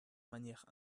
manière